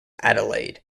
adelaide